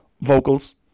vocals